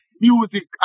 music